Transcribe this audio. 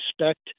respect